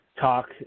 talk